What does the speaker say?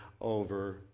over